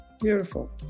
beautiful